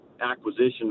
acquisition